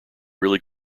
really